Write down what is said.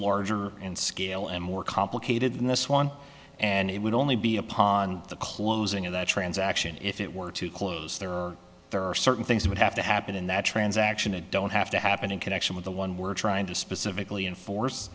larger in scale and more complicated than this one and it would only be upon the closing of that transaction if it were to close there or there are certain things that have to happen in that transaction it don't have to happen in connection with the one we're trying to specifically enforce